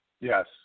Yes